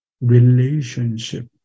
relationship